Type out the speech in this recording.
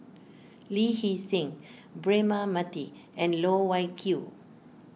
Lee Hee Seng Braema Mathi and Loh Wai Kiew